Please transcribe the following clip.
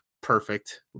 perfect